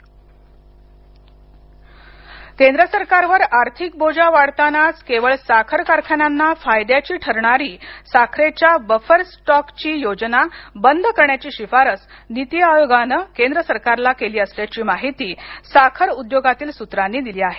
साखर नीती आयोग केंद्र सरकारवर आर्थिक बोजा वाढवतानाच केवळ साखर कारखान्यांना फायद्याची ठरणारी साखरेच्या बफर स्टॉक ची योजना बंद करण्याची शिफारसनीती आयोगानं केंद्र सरकारला केली असल्याची माहिती साखर उद्योगातील सूत्रांनी दिली आहे